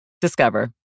Discover